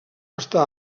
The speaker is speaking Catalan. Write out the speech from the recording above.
està